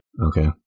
Okay